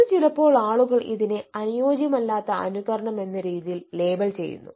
ഇത് ചിലപ്പോൾ ആളുകൾ ഇതിനെ അനുയോജ്യമല്ലാത്ത അനുകരണം എന്ന രീതിയിൽ ലേബൽ ചെയ്യുന്നു